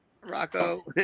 Rocco